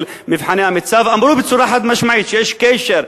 מבחני המיצ"ב אמרו בצורה חד-משמעית שיש קשר,